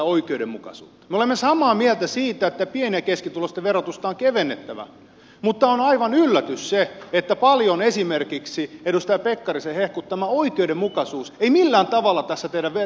me olemme samaa mieltä siitä että pieni ja keskituloisten verotusta on kevennettävä mutta on aivan yllätys se että esimerkiksi edustaja pekkarisen paljon hehkuttama oikeudenmukaisuus ei millään tavalla tässä teidän verolinjassanne näy